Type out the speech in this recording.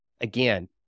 Again